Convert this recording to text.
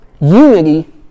Unity